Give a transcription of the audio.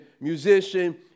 musician